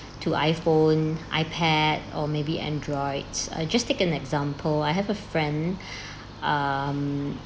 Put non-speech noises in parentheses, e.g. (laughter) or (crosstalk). to iPhone iPad or maybe androids uh just take an example I have a friend (breath) um